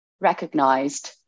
recognized